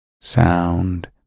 sound